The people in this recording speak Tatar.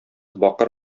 бакыр